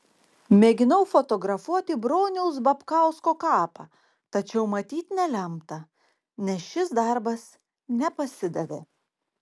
mėginau fotografuoti broniaus babkausko kapą tačiau matyt nelemta nes šis darbas nepasidavė